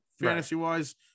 Fantasy-wise